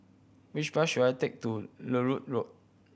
which bus should I take to Larut Road